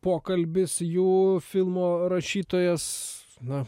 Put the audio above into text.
pokalbis jų filmo rašytojas na